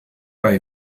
bei